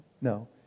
no